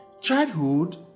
Childhood